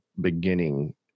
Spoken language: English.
beginning